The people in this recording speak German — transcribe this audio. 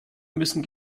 müssen